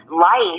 life